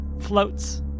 floats